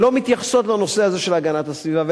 לא מתייחסות לנושא הזה של הגנת הסביבה.